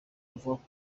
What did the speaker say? avuga